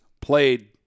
played